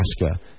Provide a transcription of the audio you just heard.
Alaska